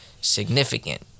significant